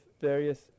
various